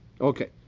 Okay